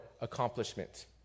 accomplishment